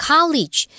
College